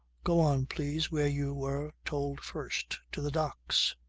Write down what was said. go on please where you were told first. to the docks.